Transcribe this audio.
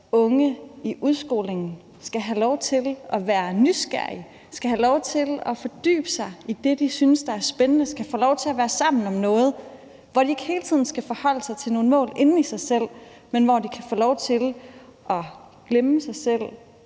unge i udskolingen skal have lov til at være nysgerrige og fordybe sig i det, de synes er spændende, og kan få lov til at være sammen om noget, hvor de ikke hele tiden skal forholde sig til nogle mål inde i sig selv, men hvor de kan få lov til at glemme sig selv,